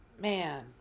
man